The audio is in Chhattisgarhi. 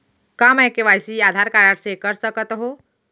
का मैं के.वाई.सी आधार कारड से कर सकत हो?